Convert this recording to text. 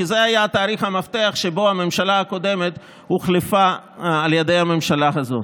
כי זה היה תאריך המפתח שבו הממשלה הקודמת הוחלפה על ידי הממשלה הזאת.